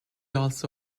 also